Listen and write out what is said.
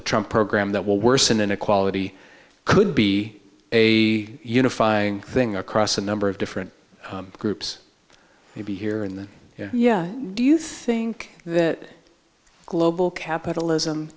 the trump program that will worsen inequality could be a unifying thing across a number of different groups maybe here in the yeah do you think that global capitalism